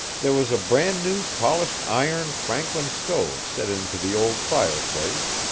there was a bran-new polished iron franklin stove set into the old fireplace,